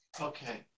Okay